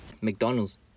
McDonald's